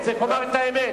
צריך לומר את האמת.